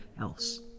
else